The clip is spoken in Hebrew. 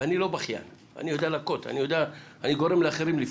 ואני לא בכיין, אני גורם לאחרים לבכות.